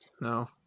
No